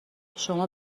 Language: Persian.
شما